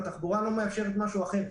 התחבורה לא מאפשרת משהו אחר.